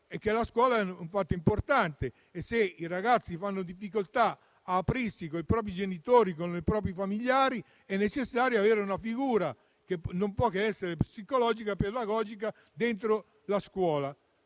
la scuola svolge un ruolo importante. Se i ragazzi hanno difficoltà ad aprirsi con i propri genitori e i propri familiari, è necessario avere una figura che non può che essere psicologica e pedagogica dentro la scuola.